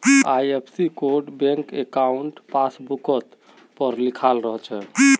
IFSC code bank अंकाउट पासबुकवर पर लिखाल रह छेक